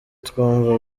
twumva